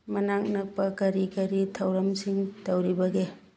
ꯃꯅꯥꯛ ꯅꯛꯄ ꯀꯔꯤ ꯀꯔꯤ ꯊꯧꯔꯝꯁꯤꯡ ꯇꯧꯔꯤꯕꯒꯦ